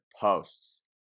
posts